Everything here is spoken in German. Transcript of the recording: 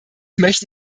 möchte